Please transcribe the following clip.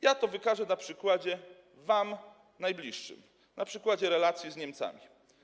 Ja to wykażę na przykładzie wam najbliższym, na przykładzie relacji z Niemcami.